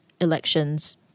Elections